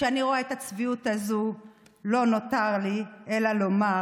וכשאני רואה את הצביעות הזאת, לא נותר לי אלא לומר